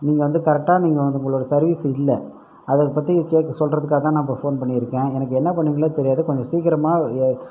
நீங்கள் வந்து கரக்ட்டா நீங்கள் வந்து உங்களோடய சர்வீஸ் இல்லை அதை பற்றி கேட்க சொல்றதுக்காக தான் நான் இப்போ ஃபோன் பண்ணியிருக்கேன் எனக்கு என்ன பண்ணுவீங்களோ தெரியாது கொஞ்சம் சீக்கிரமாக ஏ